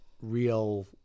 real –